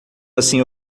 assim